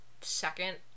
second